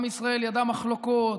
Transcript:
עם ישראל ידע מחלוקות,